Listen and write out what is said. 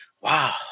wow